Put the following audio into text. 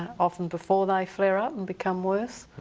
often before they flare up and become worse.